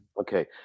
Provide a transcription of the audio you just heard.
Okay